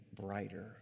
brighter